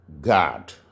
God